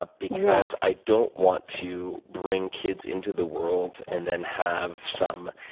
ah because i don't want to bring kids into the world and then have some